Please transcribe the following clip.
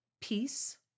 peace